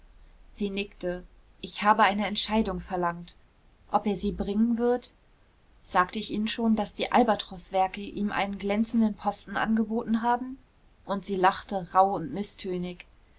sie nickte ich habe eine entscheidung verlangt ob er sie bringen wird sagte ich ihnen schon daß die albatroßwerke ihm einen glänzenden posten angeboten haben und sie lachte rauh und